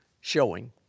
showing